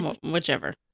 Whichever